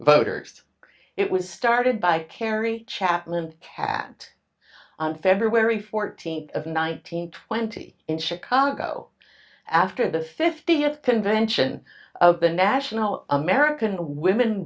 voters it was started by terry chapman tat on february fourteenth of nineteen twenty in chicago after the fiftieth convention of the national american women